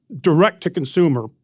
direct-to-consumer